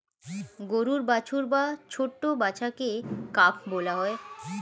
গরুর বাছুর বা ছোট্ট বাচ্ছাকে কাফ বলা হয়